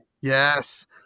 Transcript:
Yes